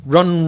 Run